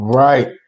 right